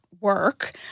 work